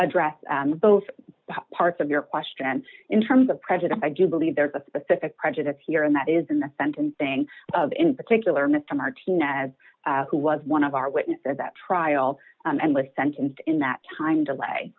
address both parts of your question in terms of prejudice i do believe there's a specific prejudice here and that is in the sentencing of in particular mr martinez who was one of our witness at that trial and was sentenced in that time delay